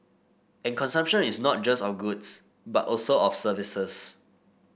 and consumption is not just of goods but also of services